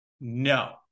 No